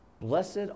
blessed